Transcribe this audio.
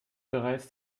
bereits